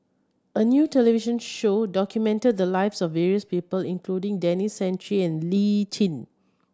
a new television show documented the lives of various people including Denis Santry and Lee Tjin